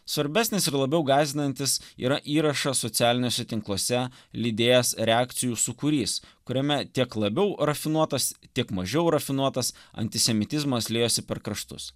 svarbesnis ir labiau gąsdinantis yra įrašas socialiniuose tinkluose lydėjęs reakcijų sūkurys kuriame tiek labiau rafinuotas tiek mažiau rafinuotas antisemitizmas liejosi per kraštus